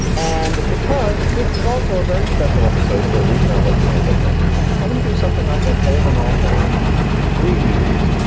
and because this is also a very special episode for a reason, i'll let you know later i'm going do something i've been holding off on for three years.